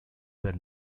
were